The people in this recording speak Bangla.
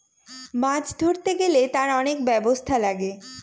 মাছ ধরতে গেলে তার অনেক ব্যবস্থা লাগে